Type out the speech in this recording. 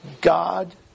God